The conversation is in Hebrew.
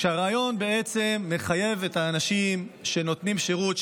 כשהרעיון מחייב את האנשים שנותנים שירות,